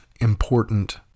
important